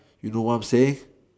you know what I am saying